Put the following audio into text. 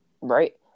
Right